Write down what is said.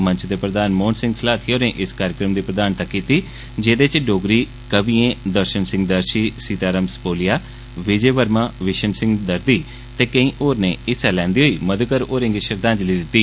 मंच दे प्रधान मोहन सिंह स्लाथिया होरे इस कार्यक्रम दी प्रधानता कीती जेह्दे च डोगरी कविए दर्शन सिंह दर्शी सीता राम सपोलिया विजय वर्मा बिश्न सिंह दर्दी ते केई होरने हिस्सा लैन्दे होई मधुकर होरें गी श्रद्दांजलि दिती